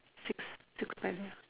six to panel